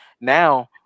now